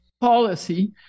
policy